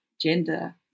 gender